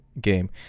game